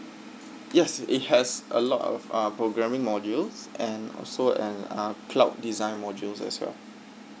yes it has a lot of uh programming modules and also and uh cloud design modules as well